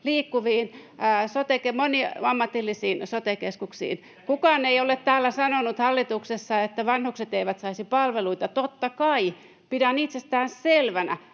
palveluihin, moniammatillisiin sote-keskuksiin. Kukaan hallituksesta ei ole täällä sanonut, että vanhukset eivät saisi palveluita. Totta kai pidän itsestäänselvänä,